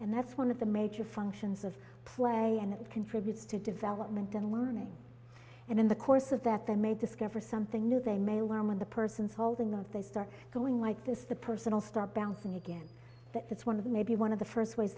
and that's one of the major functions of play and it contributes to development and learning and in the course of that they may discover something new they may learn when the persons holding love they start going like this the personal start bouncing again that's one of maybe one of the first